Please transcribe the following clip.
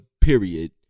period